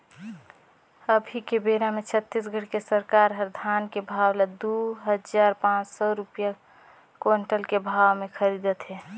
अभी के बेरा मे छत्तीसगढ़ के सरकार हर धान के भाव ल दू हजार पाँच सौ रूपिया कोंटल के भाव मे खरीदत हे